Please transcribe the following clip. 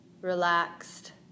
relaxed